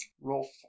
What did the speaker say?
Roll